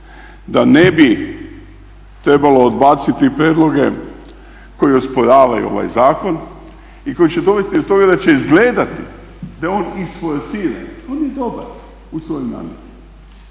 da ne bi trebalo odbaciti prijedloge koji osporavaju ovaj zakon i koji će dovesti do toga da će izgledati da je on isforsiran. On je dobar u svojoj namjeri.